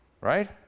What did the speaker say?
right